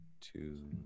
two